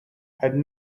had